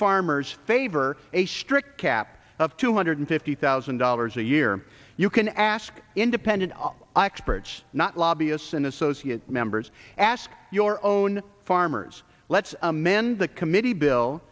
farmers favor a strict cap of two hundred fifty thousand dollars a year you can ask independent all oxbridge not lobbyists and associate members ask your own farmers let's amend the committee bill